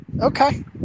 Okay